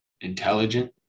intelligent